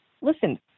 listen